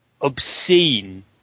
Obscene